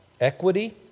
equity